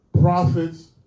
prophets